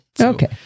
Okay